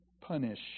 punish